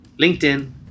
linkedin